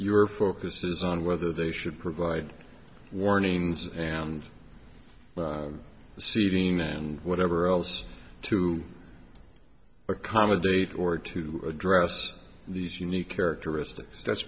your focus is on whether they should provide warnings and seating and whatever else to accommodate or to address these unique characteristics that's